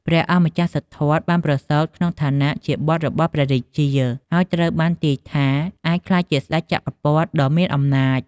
ព្រះអង្គម្ចាស់សិទ្ធត្ថបានប្រសូតមកក្នុងឋានៈជាបុត្ររបស់ព្រះរាជា ហើយត្រូវបានទាយថាអាចក្លាយជាស្តេចចក្រពត្តិដ៏មានអំណាច។